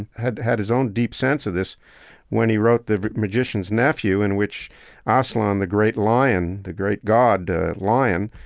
and had had his own deep sense of this when he wrote the magician's nephew, in which aslan, the great lion, the great god lion,